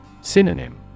Synonym